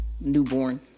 newborn